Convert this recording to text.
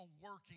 working